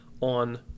on